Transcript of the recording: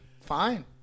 fine